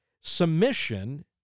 Submission